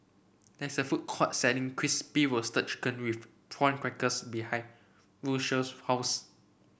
there is a food court selling Crispy Roasted Chicken with Prawn Crackers behind Rocio's house